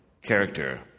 character